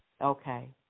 Okay